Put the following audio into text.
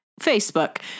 Facebook